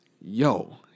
Yo